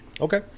okay